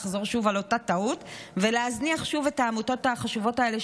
לחזור שוב על אותה טעות ולהזניח שוב את העמותות החשובות האלה,